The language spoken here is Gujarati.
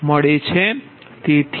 0000825